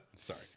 Sorry